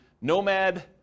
Nomad